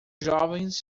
jovens